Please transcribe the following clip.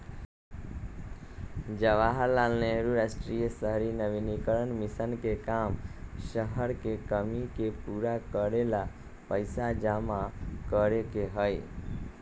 जवाहर लाल नेहरू राष्ट्रीय शहरी नवीकरण मिशन के काम शहर के कमी के पूरा करे ला पैसा जमा करे के हई